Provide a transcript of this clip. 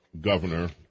governor